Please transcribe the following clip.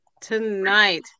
tonight